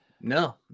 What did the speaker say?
no